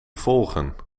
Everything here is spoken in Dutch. volgen